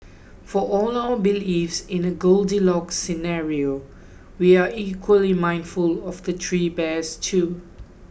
for all our belief in a Goldilocks scenario we are equally mindful of the three bears too